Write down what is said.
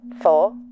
Four